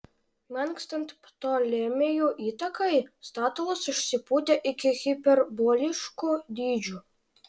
menkstant ptolemėjų įtakai statulos išsipūtė iki hiperboliškų dydžių